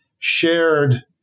shared